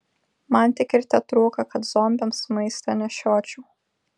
man tik ir tetrūko kad zombiams maistą nešiočiau